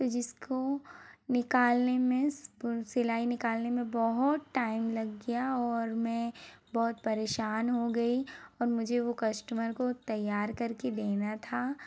तो जिसको निकालने में सिलाई निकालने में बहुत टाइम लग गया और मैं बहुत परेशान हो गई और मुझे वो कस्टमर को तैयार करके देना था